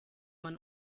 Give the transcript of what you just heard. man